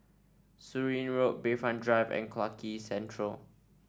Surin Road Bayfront Drive and Clarke Quay Central